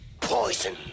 Poison